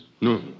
No